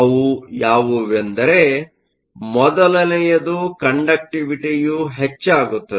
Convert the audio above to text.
ಅವು ಯಾವುವೆಂದರೆ ಮೊದಲನೆಯದು ಕಂಡಕ್ವಿವಿಟಿಯು ಹೆಚ್ಚಾಗುತ್ತದೆ